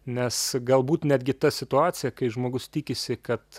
nes galbūt netgi ta situacija kai žmogus tikisi kad